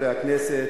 חברי הכנסת,